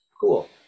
Cool